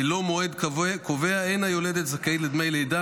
בלא מועד קובע אין היולדת זכאית לדמי לידה